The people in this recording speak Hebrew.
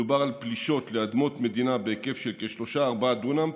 מדובר על פלישות לאדמות מדינה בהיקף של כשלושה-ארבעה דונם,